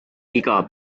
iga